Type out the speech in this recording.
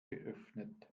geöffnet